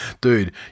dude